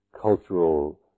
cultural